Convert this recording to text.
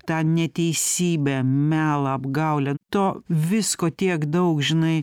tą neteisybę melą apgaulę to visko tiek daug žinai